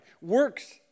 works